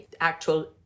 actual